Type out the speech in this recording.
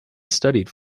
studied